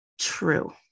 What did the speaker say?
true